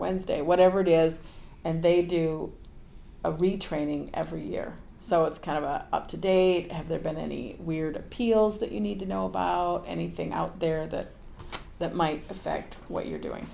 wednesday whatever it is and they do a week training every year so it's kind of up to date have there been any weird appeals that you need to know about anything out there that that might affect what you're doing